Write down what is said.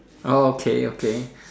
oh okay okay